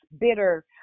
bitter